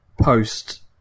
post